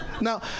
Now